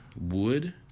Wood